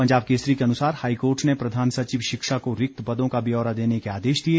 पंजाब केसरी के अनुसार हाईकोर्ट ने प्रधान सचिव शिक्षा को रिक्त पदों का ब्यौरा देने के आदेश दिए